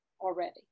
already